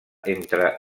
entre